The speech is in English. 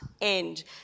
end